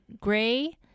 gray